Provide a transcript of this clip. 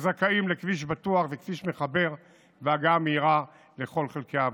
וזכאים לכביש בטוח וכביש מחבר והגעה מהירה לכל חלקי העבודה.